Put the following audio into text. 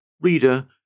Reader